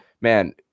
man